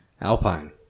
Alpine